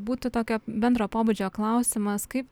būtų tokio bendro pobūdžio klausimas kaip